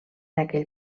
aquell